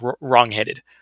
wrongheaded